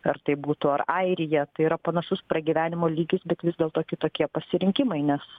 ar tai būtų ar airija tai yra panašus pragyvenimo lygis bet vis dėlto kitokie pasirinkimai nes